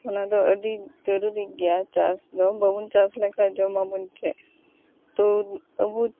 ᱚᱱᱟ ᱫᱚ ᱟᱹᱰᱤ ᱡᱟᱨᱩᱨᱤ ᱜᱮᱭᱟ ᱪᱟᱥ ᱫᱚ ᱵᱟᱵᱚᱱ ᱪᱟᱥ ᱞᱮᱠᱷᱟᱱ ᱫᱚ ᱡᱚᱢ ᱟᱵᱚᱱ ᱪᱮᱫ ᱛᱚ ᱟᱵᱚ